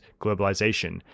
globalization